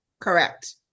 Correct